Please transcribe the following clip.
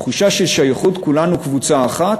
תחושה של שייכות, כולנו קבוצה אחת,